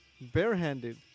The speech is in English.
barehanded